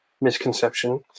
misconception